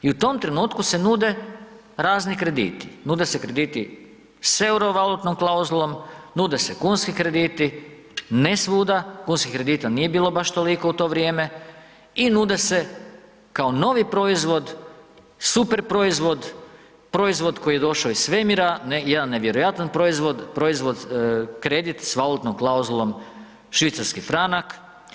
I u tom trenutku se nude razni krediti, nude se krediti s euro valutnom klauzulom, nude se kunski krediti, ne svuda, kunskih kredita nije bilo baš toliko u to vrijeme i nude se kao novi proizvod, super proizvod koji je došao iz svemira, jedan nevjerojatan proizvod, proizvod, kredit s valutnom klauzulom švicarski franak.